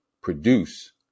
produce